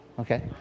Okay